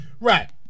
right